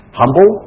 humble